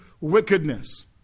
wickedness